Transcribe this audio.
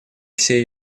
всей